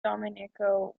domenico